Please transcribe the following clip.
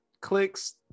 clicks